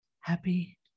Happy